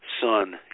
son